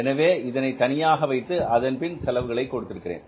எனவே இதனை தனியாக வைத்து அதன்பின் செலவினை கொடுத்திருக்கிறேன்